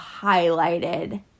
highlighted